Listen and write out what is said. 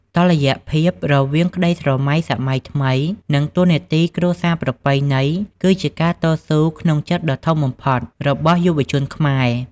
តុល្យភាពរវាងក្តីស្រមៃសម័យថ្មី និងតួនាទីគ្រួសារប្រពៃណី គឺជាការតស៊ូក្នុងចិត្តដ៏ធំបំផុតរបស់យុវជនខ្មែរ។